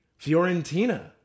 Fiorentina